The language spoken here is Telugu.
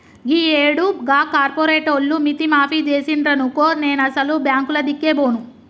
గీయేడు గా కార్పోరేటోళ్లు మిత్తి మాఫి జేసిండ్రనుకో నేనసలు బాంకులదిక్కే బోను